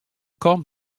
kant